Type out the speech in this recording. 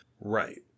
Right